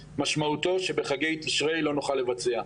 משמעותו שבחגי תשרי לא נוכל לבצע.